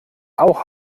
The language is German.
auch